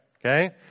okay